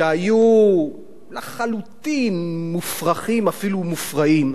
שהיו לחלוטין מופרכים, אפילו מופרעים,